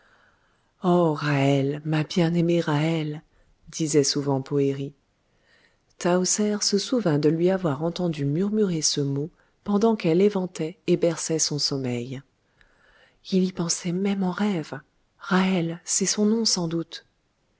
ra'hel ma bien-aimée ra'hel disait souvent poëri tahoser se souvint de lui avoir entendu murmurer ce mot pendant qu'elle éventait et berçait son sommeil il y pensait même en rêve ra'hel c'est son nom sans doute